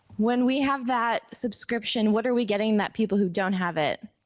when we have that subscription what are we getting that people who don't have it